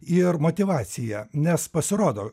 ir motyvacija nes pasirodo